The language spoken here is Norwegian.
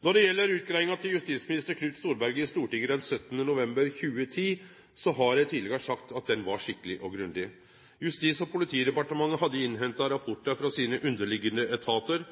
Når det gjeld utgreiinga til justisminister Knut Storberget i Stortinget den 17. november 2010, har eg tidlegare sagt at ho var skikkeleg og grundig. Justis- og politidepartementet hadde innhenta rapportar frå sine underliggjande etatar,